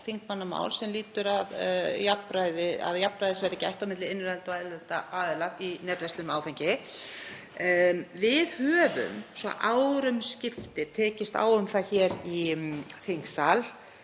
þingmannamál sem lýtur að því að jafnræðis verði gætt á milli innlendra og erlendra aðila í netverslun með áfengi. Við höfum svo árum skiptir tekist á um það hér í þingsal